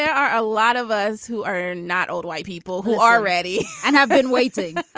there are a lot of us who are not old white people who are ready and have been waiting,